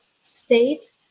state